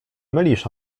mylisz